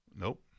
Nope